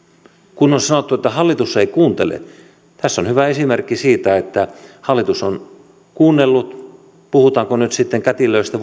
kun on sanottu että hallitus ei kuuntele tässä on hyvä esimerkki siitä että hallitus on kuunnellut puhutaanko nyt sitten kätilöistä